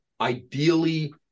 ideally